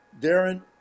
Darren